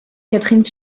catherine